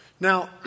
Now